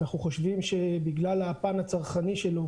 אנחנו חושבים שבגלל הפן הצרכני שלו,